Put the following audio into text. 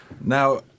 Now